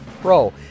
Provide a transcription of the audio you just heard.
Pro